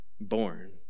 born